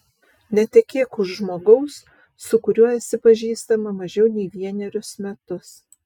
netekėk už žmogaus su kuriuo esi pažįstama mažiau nei vienerius metus